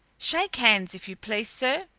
shake hands, if you please, sir.